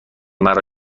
مرا